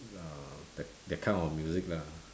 uh that that kind of music lah